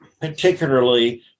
particularly